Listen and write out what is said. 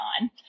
on